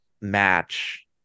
match